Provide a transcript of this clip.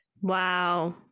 Wow